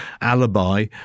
alibi